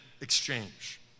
exchange